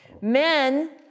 Men